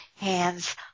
hands